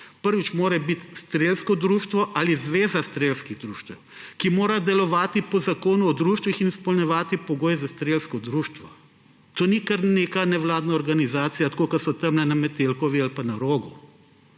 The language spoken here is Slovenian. Prvič mora biti strelsko društvo ali zveza strelskih društev, ki mora delovati po zakonu o društvih in izpolnjevati pogoje za strelsko društvo. To ni kar neka nevladna organizacija, tako kot so tam na Metelkovi ali pa na Rogu.